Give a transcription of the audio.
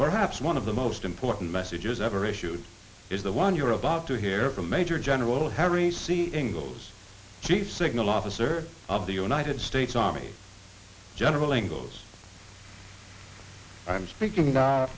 perhaps one of the most important messages ever issued is the one you're about to hear from major general harry c ingles g signal office of the united states army general ingo's i'm speaking no